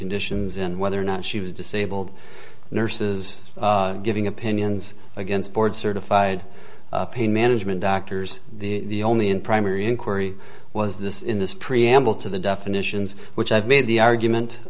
conditions and whether or not she was disabled nurses giving opinions against board certified pain management doctors the only in primary inquiry was this in this preamble to the definitions which i've made the argument